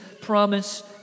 promise